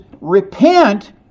repent